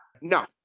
no